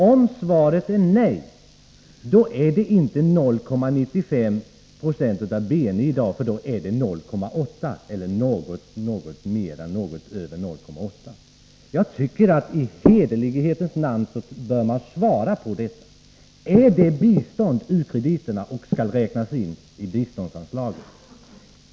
Om svaret är nej, då är det inte 0,95 20 av BNI i dag, utan då är det 0,8 96 — eller något över 0,8. Jag tycker att utrikesministern i hederlighetens namn bör svara på detta. Är u-krediterna bistånd som skall räknas in i biståndsanslaget?